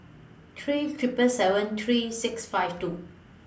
three seven seven seven three six five two